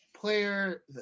player